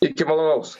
iki malonaus